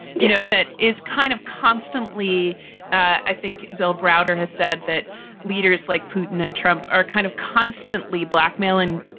you know, that is kind of constantly i think bill browder has said that leaders like putin and trump are kind of constantly blackmailing,